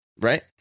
right